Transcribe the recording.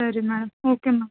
ಸರಿ ma'am okay ma'am